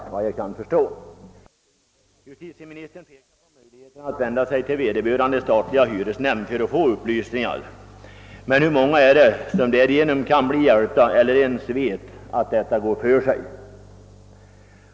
Justitieministern pekar på möjligheten att vända sig till vederbörande stat liga hyresnämnd för att få upplysningar. Men hur många är det som därigenom blir hjälpta eller ens vet att detta går för sig?